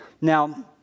Now